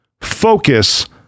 focus